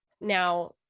now